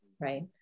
right